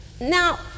Now